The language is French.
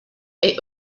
est